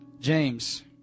James